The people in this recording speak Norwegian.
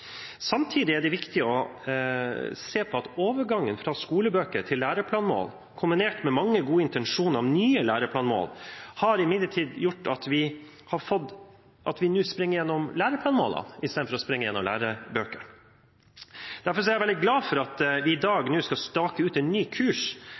Samtidig er det viktig å se på at overgangen fra skolebøker til læreplanmål, kombinert med mange gode intensjoner om nye læreplanmål, imidlertid har gjort at vi nå springer gjennom læreplanmålene istedenfor å springe gjennom lærebøkene. Derfor er jeg veldig glad for at vi nå i